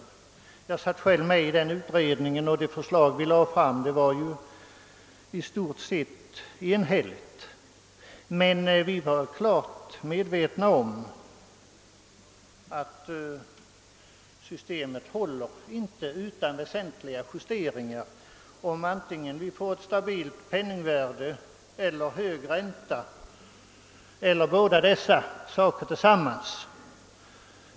Jag satt själv med i den utredning som var tillsatt, och det förslag som lades fram av denna var i stort sett enhälligt. Vi var emellertid klart medvetna om att systemet inte skulle hålla utan väsentliga justeringar, såvida vi fick ett stabilt penningvärde eller hög ränta eller båda dessa faktorer tillsammans.